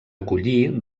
acollir